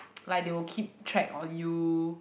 like they will keep track on you